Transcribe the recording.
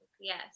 Yes